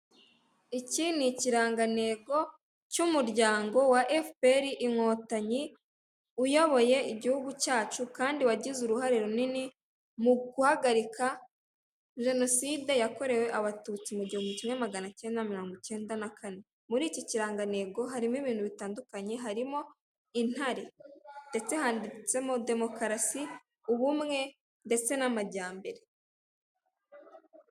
Iki ni ikirangantego cy'umuryango wa FPR inkotanyi uyoboye igihugu cyacu kandi wagize uruhare runini mu guhagarika jenoside yakorewe abatutsi mu gihumbi kimwe maganacyenda mirongo icyenda na kane, muri iki kirangantego harimo ibintu bitandukanye harimo intare ndetse handitsemo demokarasi, ubumwe ndetse n'amajyambere.